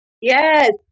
Yes